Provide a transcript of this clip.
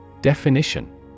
Definition